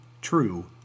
true